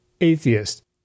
atheist